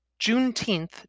Juneteenth